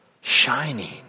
shining